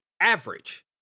Average